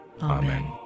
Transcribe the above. Amen